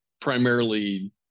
primarily